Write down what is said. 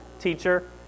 teacher